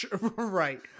Right